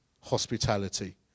hospitality